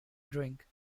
drink